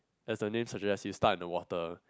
as the name suggest you start in the water